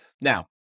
Now